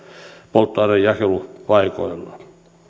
polttoaineen jakelupaikoilla